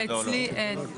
אצלי אין.